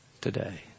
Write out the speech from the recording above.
today